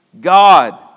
God